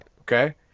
Okay